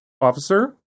officer